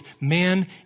man